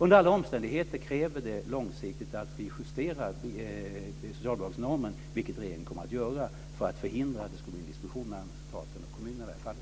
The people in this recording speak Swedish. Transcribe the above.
Under alla omständigheter kräver det långsiktigt att vi justerar socialbidragsnormen, vilket regeringen kommer att göra för att förhindra att det ska uppstå en diskussion mellan staten och kommunerna i detta fall.